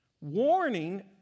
warning